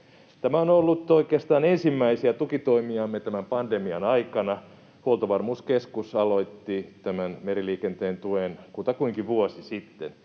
Tämä on ollut oikeastaan ensimmäisiä tukitoimiamme tämän pandemian aikana. Huoltovarmuuskeskus aloitti tämän meriliikenteen tuen kutakuinkin vuosi sitten.